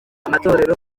amatorero